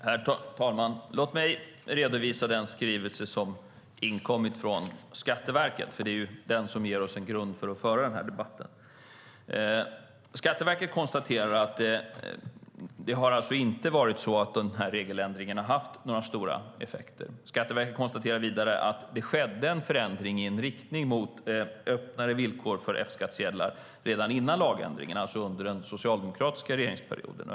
Herr talman! Låt mig redovisa den skrivelse som inkommit från Skatteverket, för det är ju den som ger oss en grund att föra den här debatten. Skatteverket konstaterar att den här regeländringen inte har haft några stora effekter. Skatteverket konstaterar vidare att det skedde en förändring i riktning mot öppnare villkor för F-skattsedlar redan innan lagändringen, alltså under den socialdemokratiska regeringsperioden.